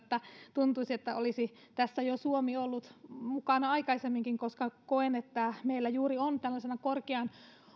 tuntuisi että suomi olisi tässä jo ollut mukana aikaisemminkin koska koen että meillä juuri on tällaisena korkean